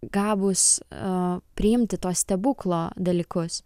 gabūs a priimti to stebuklo dalykus